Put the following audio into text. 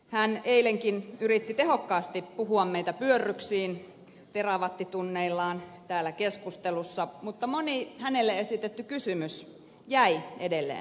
hän eilenkin yritti tehokkaasti puhua meitä pyörryksiin terawattitunneillaan täällä keskustelussa mutta moni hänelle esitetty kysymys jäi edelleen vastaamatta